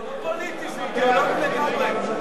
זה לא פוליטי, זה אידיאולוגי לגמרי.